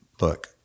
look